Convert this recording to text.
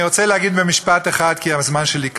אני רוצה להגיד במשפט אחד, כי הזמן שלי קצר: